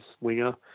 winger